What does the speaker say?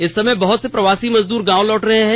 इस समय बहत से प्रवासी मजदूर गांव लौट रहे हैं